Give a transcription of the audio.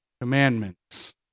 commandments